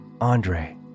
Andre